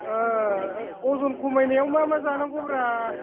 अजन खमायनायाव मा मा जानांगौब्रा